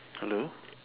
hello